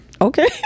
Okay